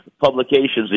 publications